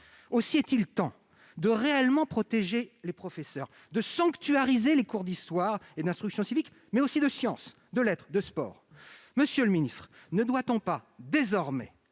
Aussi est-il temps de réellement protéger les professeurs et de sanctuariser les cours d'histoire et d'instruction civique, mais aussi ceux de sciences, de lettres ou de sport. Monsieur le ministre, ne doit-on pas désormais